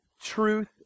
truth